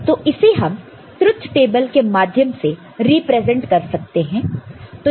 तो इसे हम ट्रुथ टेबल के माध्यम से रिप्रेजेंट कर सकते हैं